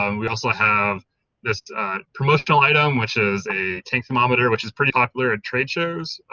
um we also have this promotional item which is a tank thermometer which is pretty popular at trade shows,